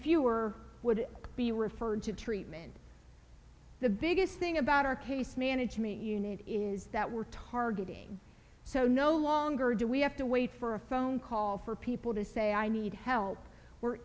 fewer would be referred to treatment the biggest thing about our case management unit is that we're targeting so no longer do we have to wait for a phone call for people to say i need help we're